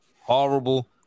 horrible